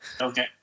Okay